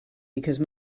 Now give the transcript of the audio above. because